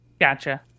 Gotcha